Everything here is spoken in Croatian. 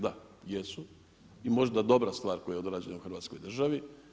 Da, jesu i možda dobra stvar koja je odrađena u Hrvatskoj državi.